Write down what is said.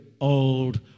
old